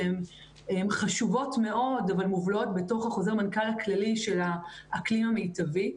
שהן חשובות מאוד אבל מובלעות בתוך חוזר המנכ"ל הכללי של האקלים המיטבי.